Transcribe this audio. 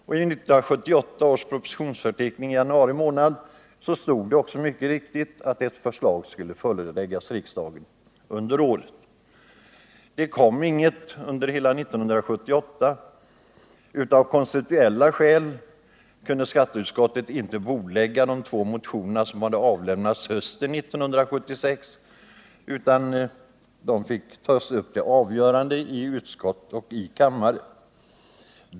Och i 1978 års propositionsförteckning i januari månad stod också mycket riktigt att förslag under året skulle föreläggas riksdagen. Men det kom inget förslag under hela 1978. Av konstitutionella skäl kunde skatteutskottet inte bordlägga de två motioner som hade avlämnats hösten 1976 utan de fick tas upp till avgörande i utskott och kammare.